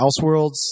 Elseworlds